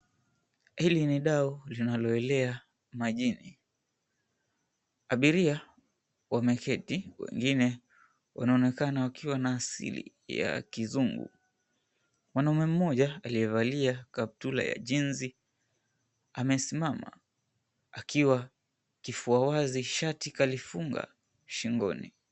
Hili ni dau linaloelea majini. Abiria wameketi wengine wanaonekana wakiwa na asili ya kizungu. Mwanaume mmoja aliyevalia kaptula ya jeans amesimama akiwa kifua wazi shati kalifunga shingoni.